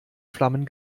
flammen